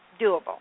doable